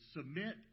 Submit